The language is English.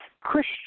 Christian